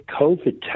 COVID